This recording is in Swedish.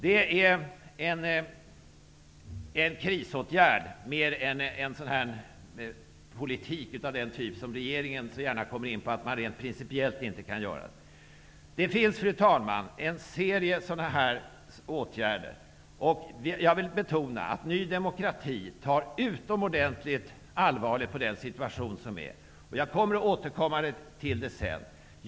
Det är en krisåtgärd, mer än en politik av den typ som regeringen så gärna kommer in på, när man rent principiellt inte kan göra detta. Det finns, fru talman, en serie sådana här åtgärder, och jag vill betona att Ny demokrati ser utomordentligt allvarligt på situationen. Jag återkommer till det sedan.